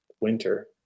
winter